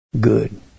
Good